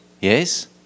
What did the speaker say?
Yes